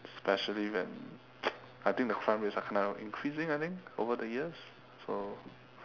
especially when I think the crime rates are kinda increasing I think over the years so